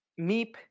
Meep